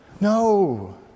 No